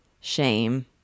Shame